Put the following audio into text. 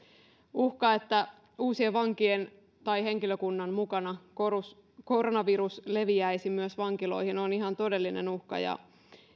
uhka että uusien vankien tai henkilökunnan mukana koronavirus leviäisi myös vankiloihin on ihan todellinen uhka